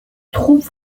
troupes